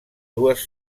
dues